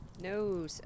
No